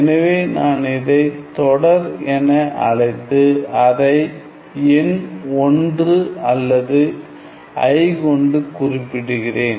எனவே நான் இதை தொடர் என அழைத்து அதைஎண் 1 அல்லது i கொண்டு குறிப்பிடுகிறேன்